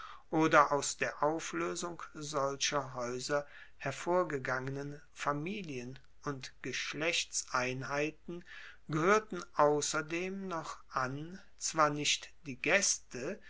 oder aus der aufloesung solcher haeuser hervorgegangenen familien und geschlechtseinheiten gehoerten ausserdem noch an zwar nicht die gaeste